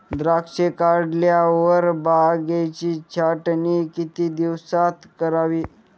द्राक्षे काढल्यावर बागेची छाटणी किती दिवसात करावी?